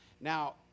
Now